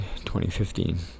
2015